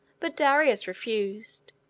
but darius refused.